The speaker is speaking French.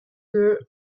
deux